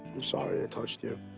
i'm sorry i touched you.